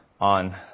on